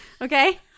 okay